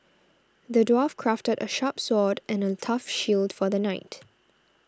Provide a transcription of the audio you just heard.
the dwarf crafted a sharp sword and a tough shield for the knight